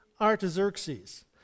Artaxerxes